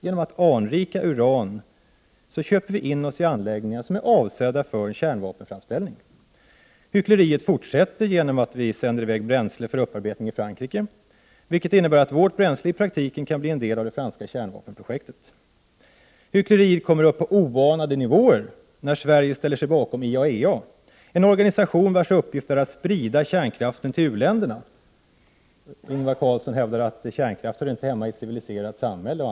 Genom att anrika uran köper vi in oss i anläggningar avsedda för kärnvapenframställning. Hyckleriet fortsätter genom att vi sänder i väg bränsle till Frankrike för upparbetning, vilket innebär att vårt bränsle i praktiken kan bli en: del av det franska kärnvapenprojektet. Hyckleriet kommer upp till oanade nivåer när Sverige ställer sig bakom 49 IAEA, en organisation vars uppgift är att sprida kärnkraften till u-länderna. Ingvar Carlsson hävdar att kärnkraft inte hör hemma i ett civiliserat samhälle.